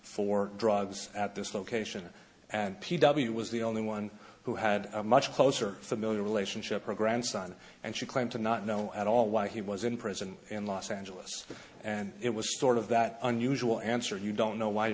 for drugs at this location and p w was the only one who had a much closer familial relationship or a grandson and she claimed to not know at all why he was in prison in los angeles and it was sort of that unusual answer you don't know why